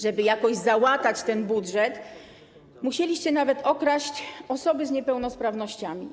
Żeby jakoś załatać ten budżet, musieliście nawet okraść osoby z niepełnosprawnościami.